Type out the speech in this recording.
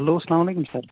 hello سلامُ علیکم سَر